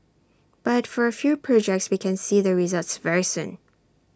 but for A few projects we can see the results very soon